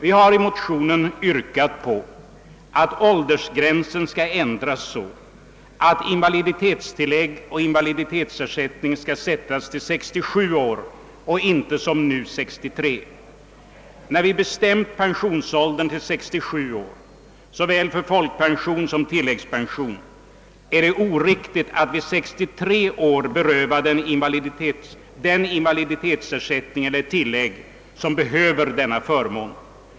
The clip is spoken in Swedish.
I motionen har vi yrkat på att ål dersgränsen skall ändras så, att invaliditetstillägg och invaliditetsersättning skall utgå vid 67 år och inte som nu vid 63 år. När vi bestämt pensionsåldern till 67 år för såväl folkpension som tilläggspension, är det oriktigt att en person vid 63 års ålder berövas invaliditetsersättning eller invaliditetstilllägg om han behöver denna förmån.